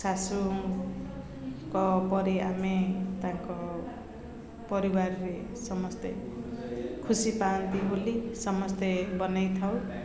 ଶାଶୁଙ୍କ ପରି ଆମେ ତାଙ୍କ ପରିବାରରେ ସମସ୍ତେ ଖୁସି ପାଆନ୍ତି ବୋଲି ସମସ୍ତେ ବନାଇ ଥାଉ